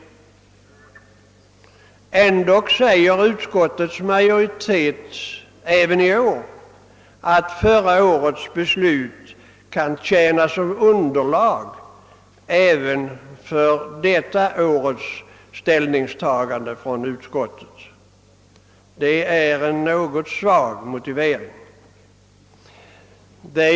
Och ändå skriver nu utskottets majoritet att förra årets beslut kan tjäna som underlag för utskottets ställningstagande även i år. Det är verkligen en svag motivering.